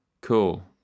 Cool